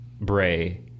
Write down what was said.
Bray